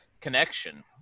connection